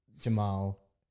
Jamal